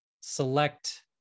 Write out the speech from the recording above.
select